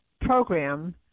program